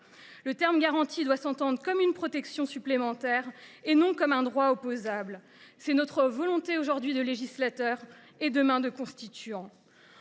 Le terme « garantie » doit s’entendre comme une protection supplémentaire et non comme un droit opposable. C’est notre volonté aujourd’hui de législateur, demain de constituant.